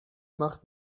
macht